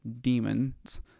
demons